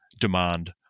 demand